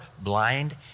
blind